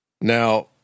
Now